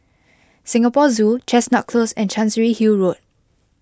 Singapore Zoo Chestnut Close and Chancery Hill Road